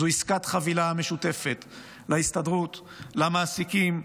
זו עסקת חבילה משותפת להסתדרות ולמעסיקים,